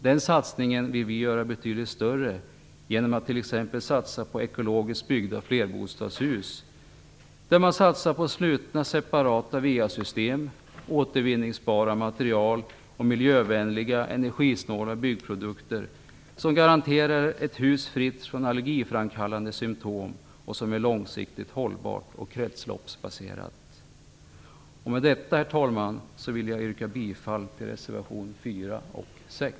Den satsningen vill vi göra betydligt större genom att t.ex. satsa på ekologiskt byggda bostadshus, där man satsar på slutna separata VA system, återvinningsbara material och miljövänliga, energisnåla byggprodukter som garanterar ett hus som är fritt från allergiframkallande symtom och som är långsiktigt hållbart och kretsloppsanpassat. Med detta, herr talman, vill jag yrka bifall till reservationerna 4 och 6.